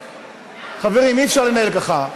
חברים, אי-אפשר לנהל ככה.